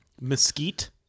mesquite